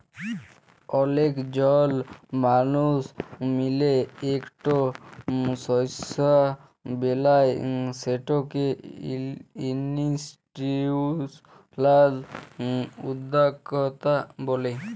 অলেক জল মালুস মিলে ইকট সংস্থা বেলায় সেটকে ইনিসটিটিউসলাল উদ্যকতা ব্যলে